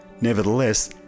Nevertheless